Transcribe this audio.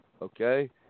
Okay